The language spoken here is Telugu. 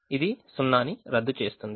ఇది ఈ సున్నాని రద్దు చేస్తుంది